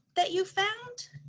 that you found?